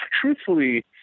truthfully